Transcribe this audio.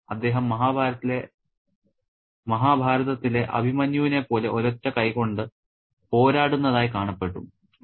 അദ്ദേഹം മഹാഭാരതത്തിലെ അഭിമന്യുവിനെ പോലെ ഒരൊറ്റ കൈകൊണ്ട് പോരാടുന്നതായി കാണപ്പെട്ടു'